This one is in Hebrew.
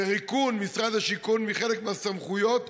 וריקון משרד השיכון מחלק מהסמכויות,